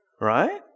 Right